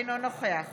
אינו נוכח